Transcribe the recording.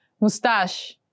Mustache